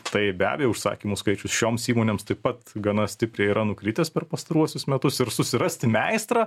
tai be abejo užsakymų skaičius šioms įmonėms taip pat gana stipriai yra nukritęs per pastaruosius metus ir susirasti meistrą